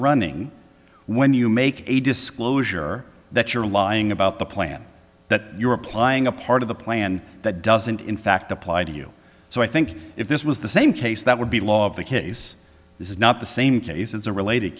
running when you make a disclosure that you're lying about the plan that you're applying a part of the plan that doesn't in fact apply to you so i think if this was the same case that would be law of the case this is not the same case as a related